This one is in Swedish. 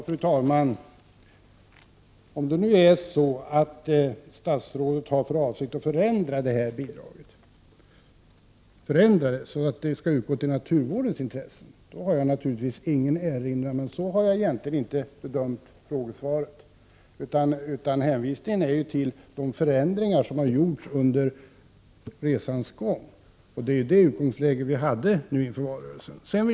Fru talman! Om statsrådet nu har för avsikt att förändra detta bidrag så att det skall utgå till naturvården, har jag naturligtvis ingen erinran. Men så har jag inte bedömt frågesvaret. Hänvisningen sker till de förändringar som gjorts under resans gång. Det är detta utgångsläge vi hade i valrörelsen.